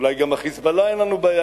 אולי עם ה"חיזבאללה" אין לנו בעיה,